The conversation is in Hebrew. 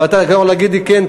ואתה יכול להגיד לי: כן,